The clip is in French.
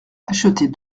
acheter